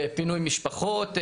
בפינוי משפחות,